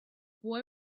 boy